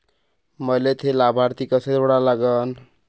मले थे लाभार्थी कसे जोडा लागन?